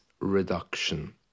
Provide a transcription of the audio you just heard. reduction